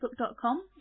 facebook.com